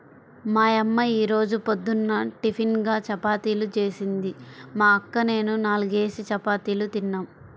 మా యమ్మ యీ రోజు పొద్దున్న టిపిన్గా చపాతీలు జేసింది, మా అక్క నేనూ నాల్గేసి చపాతీలు తిన్నాం